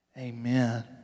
Amen